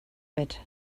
bit